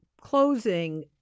closing